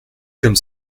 comme